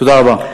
תודה רבה.